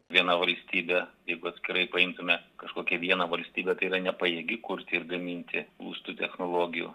viena valstybė jeigu atskirai paimtume kažkokią vieną valstybę tai yra nepajėgi kurti ir gaminti lustų technologijų